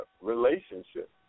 Relationship